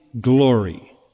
glory